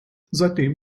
seitdem